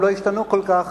הם לא השתנו כל כך